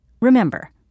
Remember